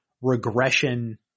regression